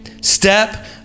Step